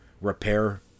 repair